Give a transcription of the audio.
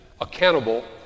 accountable